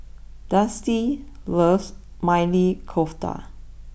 Dusty loves Maili Kofta